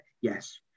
yes